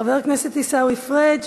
חבר הכנסת עיסאווי פריג',